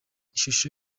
ishusho